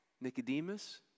Nicodemus